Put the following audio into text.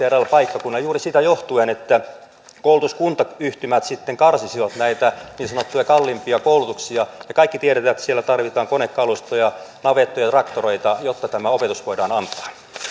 eräillä paikkakunnilla juuri siitä johtuen että koulutuskuntayhtymät sitten karsisivat näitä niin sanottuja kalliimpia koulutuksia me kaikki tiedämme että siellä tarvitaan konekalustoja navettoja traktoreita jotta tämä opetus voidaan antaa